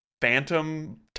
phantom